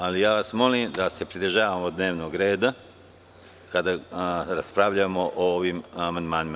Ali vas molim da se pridržavamo dnevnog reda kada raspravljamo o ovim amandmanima.